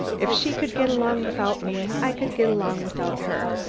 if she could get along without me, i could get along without her.